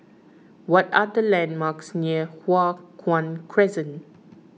what are the landmarks near Hua Guan Crescent